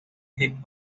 hip